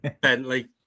Bentley